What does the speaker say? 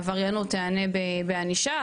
עבריינות תענה בענישה,